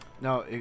No